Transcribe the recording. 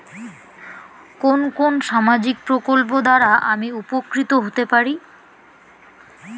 কোন কোন সামাজিক প্রকল্প দ্বারা আমি উপকৃত হতে পারি?